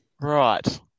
Right